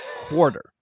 quarter